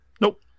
Nope